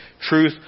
Truth